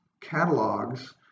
catalogs